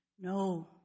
No